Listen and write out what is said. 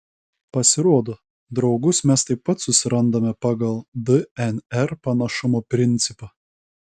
pasirodo draugus mes taip pat susirandame pagal dnr panašumo principą